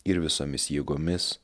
ir visomis jėgomis